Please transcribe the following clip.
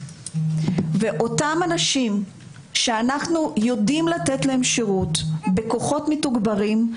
ואותם אנשים שאנחנו יודעים לתת להם שירות בכוחות מתוגברים,